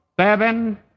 Seven